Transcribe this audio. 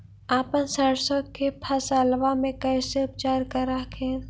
अपन सरसो के फसल्बा मे कैसे उपचार कर हखिन?